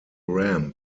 ramp